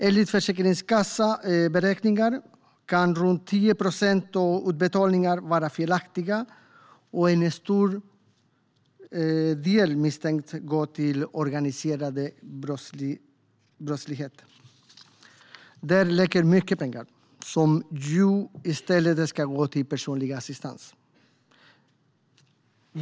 Enligt Försäkringskassans beräkningar kan runt 10 procent av utbetalningarna vara felaktiga, och en stor del misstänks gå till organiserad brottslighet. Dit läcker mycket pengar som i stället ska gå till personlig assistans.